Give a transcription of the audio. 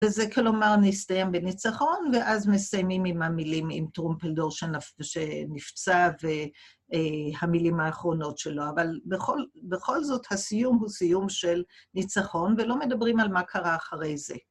וזה כלומר נסתיים בניצחון ואז מסיימים עם המילים, עם טרומפלדור שנפצע והמילים האחרונות שלו, אבל בכל זאת הסיום הוא סיום של ניצחון ולא מדברים על מה קרה אחרי זה.